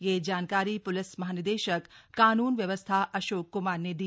यह जानकारी प्लिस महानिदेशक कानून व्यवस्था अशोक क्मार ने दी